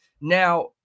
Now